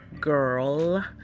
Girl